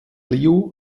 liu